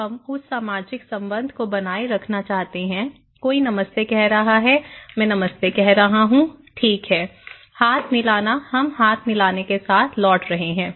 अब हम उस सामाजिक संबंध को बनाए रखना चाहते हैं कोई नमस्ते कह रहा है मैं नमस्ते कह रहा हूं ठीक है हाथ मिलाना हम हाथ मिलाने के साथ लौट रहे हैं